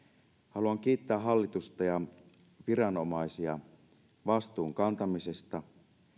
haluan kiittää hallitusta ja viranomaisia vastuun kantamisesta